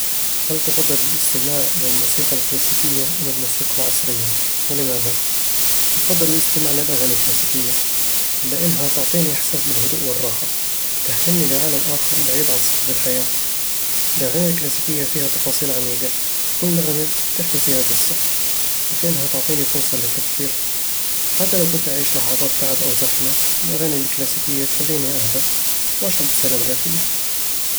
هل تفضل الاستماع إلى الموسيقى الكلاسيكية أم الموسيقى العصرية؟ ولماذا؟ بفضّل الاستماع للاغاني الكلاسيكية لأنها تعطيني إحساس بالهدوء والراحة، وتحملني لعالم آخر بعيد عن صخب الحياة. الاغاني الكلاسيكية فيها تفاصيل عميقة، وكل نغمة تحكي فيها قصة، وكأنها تعطيني فرصة للتفكير حتى لو كنت أعيش لحظات تعب أو زحمة، الاغاني الكلاسيكية تخليني أهدأ وأشعر بالسلام الداخلي